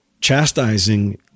chastising